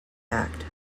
act